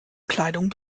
kleidung